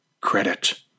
credit